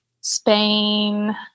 Spain